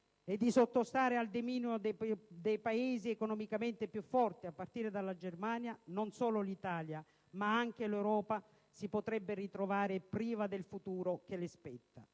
e di sottostare al dominio di Paesi economicamente più forti, a partire dalla Germania, non solo l'Italia, ma anche l'Europa si potrebbe ritrovare priva del futuro che le spetta.